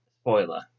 spoiler